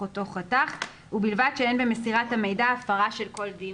אותו חתך ובלבד שאין במסירת המידע הפרה של כל דין.